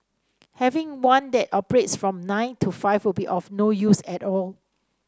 having one that operates from nine to five will be of no use at all